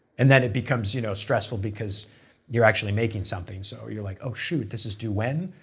and then it becomes you know stressful because you are actually making something so you are like oh shoot this is due when?